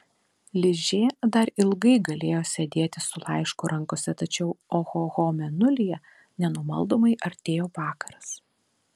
ližė dar ilgai galėjo sėdėti su laišku rankose tačiau ohoho mėnulyje nenumaldomai artėjo vakaras